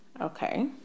Okay